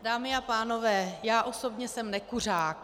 Dámy a pánové, já osobně jsem nekuřák.